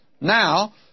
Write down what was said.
Now